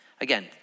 Again